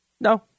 No